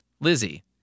Lizzie